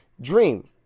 dream